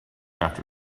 after